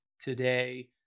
today